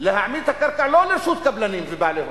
להעמיד את הקרקע לא לרשות קבלנים ובעלי הון,